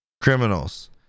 Criminals